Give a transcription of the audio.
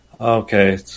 Okay